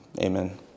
amen